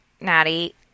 Natty